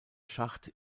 schacht